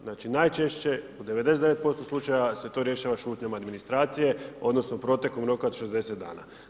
Znači najčešće u 99% slučajeva se to rješava šutnjama administracije, odnosno, protekom roka od 60 dana.